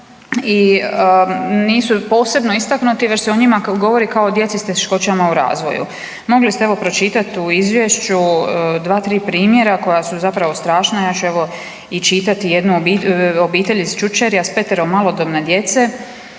i nisu posebno istaknuti već se o njima govori kao djeci s teškoćama u razvoju. Mogli ste, evo, pročitati u izvješću 2, 3 primjera koja su zapravo strašna evo, ja ću evo, i čitati jednu obitelj iz Čučerja s petero malodobne djece,